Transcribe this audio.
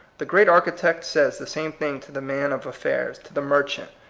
the great architect says the same thing to the man of affairs, to the merchant,